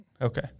okay